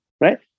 right